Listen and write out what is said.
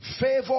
Favor